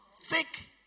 thick